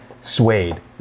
suede